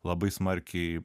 labai smarkiai